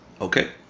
Okay